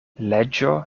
leĝo